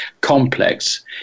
complex